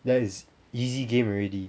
that is easy game already